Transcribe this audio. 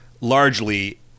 largely